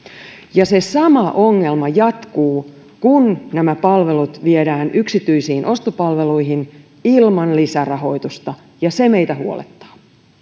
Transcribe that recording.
se sama ongelma jatkuu kun nämä palvelut viedään yksityisiin ostopalveluihin ilman lisärahoitusta ja se meitä huolettaa